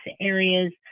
areas